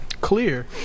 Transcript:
clear